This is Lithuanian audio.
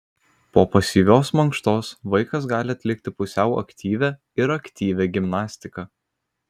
po pasyvios mankštos vaikas gali atlikti pusiau aktyvią ir aktyvią gimnastiką